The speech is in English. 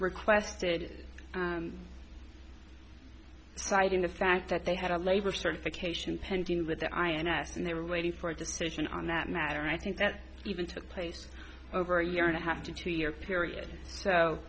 requested citing the fact that they had a labor certification pending with the ins and they were waiting for a decision on that matter i think that even took place over a year and a half to two year period so